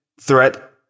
threat